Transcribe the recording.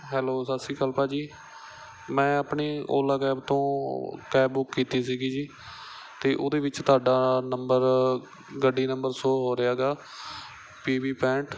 hello ਸਤਿ ਸ਼੍ਰੀ ਅਕਾਲ ਭਾਅ ਜੀ ਮੈਂ ਆਪਣੇ ਔਲਾ ਕੈਬ ਤੋਂ ਕੈਬ ਬੁੱਕ ਕੀਤੀ ਸੀਗੀ ਜੀ ਅਤੇ ਉਹਦੇ ਵਿੱਚ ਤੁਹਾਡਾ ਨੰਬਰ ਗੱਡੀ ਨੰਬਰ ਸ਼ੋਅ ਹੋ ਰਿਹਾ ਗਾ ਪੀ ਬੀ ਪੈਂਹਠ